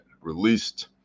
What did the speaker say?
released